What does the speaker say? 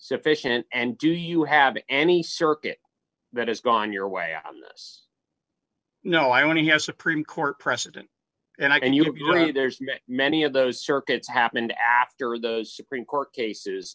sufficient and do you have any circuit that has gone your way on this no i want to have supreme court precedent and i and you have very there's many of those circuits happened after the supreme court cases